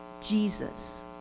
Jesus